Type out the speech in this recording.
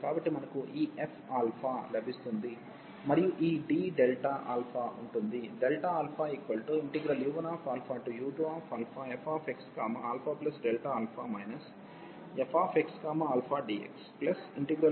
కాబట్టి మనకు ఈ ఎఫ్ ఆల్ఫా లభిస్తుంది మరియు ఈ d డెల్టా ఆల్ఫా ఉంటుంది